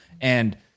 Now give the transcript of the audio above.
And-